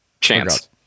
Chance